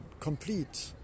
complete